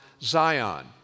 Zion